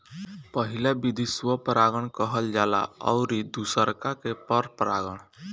पहिला विधि स्व परागण कहल जाला अउरी दुसरका के पर परागण